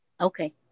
Okay